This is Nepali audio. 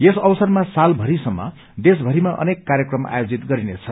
यस अवसरमा सालभरिसम्म देशभरिमा अनेक कार्यक्रम आयोजित गरिनेछ